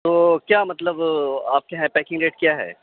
تو کیا مطلب آپ کے یہاں پیکنگ ریٹ کیا ہے